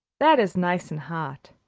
that is nice and hot.